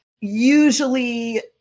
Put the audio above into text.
usually